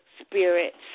spirits